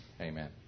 Amen